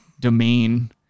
domain